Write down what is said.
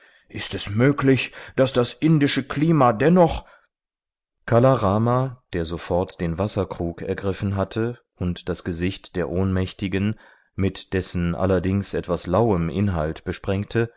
ist es möglich daß das indische klima dennoch kala rama der sofort den wasserkrug ergriffen hatte und das gesicht der ohnmächtigen mit dessen allerdings etwas lauem inhalt besprengte